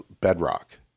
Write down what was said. Bedrock